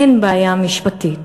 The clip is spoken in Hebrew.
אין בעיה משפטית,